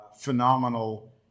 phenomenal